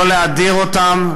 לא להדיר אותם,